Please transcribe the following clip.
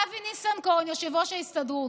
אבי ניסנקורן, יושב-ראש ההסתדרות.